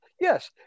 Yes